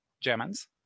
Germans